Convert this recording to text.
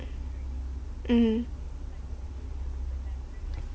mmhmm